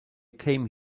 came